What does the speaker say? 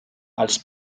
als